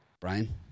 Brian